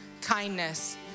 kindness